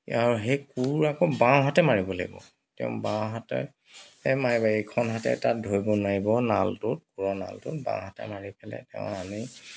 আৰু সেই কোৰ আকৌ বাওঁহাতে মাৰিব লাগিব তেওঁ বাওঁহাতে মাৰিব লাগিব ইখন হাতে তাত ধৰিব নোৱাৰিব নালটো কোৰৰ নালটো বাওঁহাতে মাৰি পেলাই তেওঁ আনি